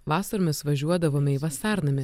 vasaromis važiuodavome į vasarnamį